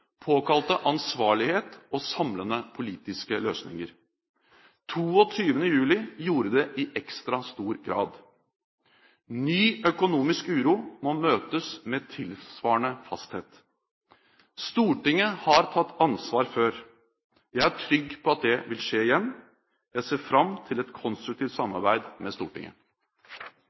påkalte ansvarlighet og samlende politiske løsninger. 22. juli gjorde det i ekstra stor grad. Ny økonomisk uro må møtes med tilsvarende fasthet. Stortinget har tatt ansvar før. Jeg er trygg på at det vil skje igjen. Jeg ser fram til et konstruktivt samarbeid med Stortinget.